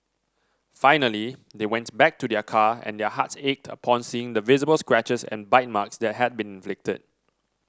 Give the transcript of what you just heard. finally they went back to their car and their hearts ached upon seeing the visible scratches and bite marks that had been inflicted